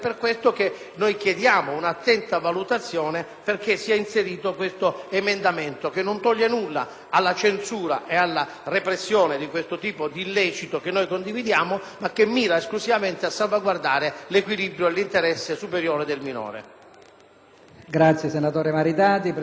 alla censura e alla repressione di questa forma di illecito, cose che noi condividiamo, ma che mira esclusivamente a salvaguardare l'equilibrio e l'interesse superiore del minore.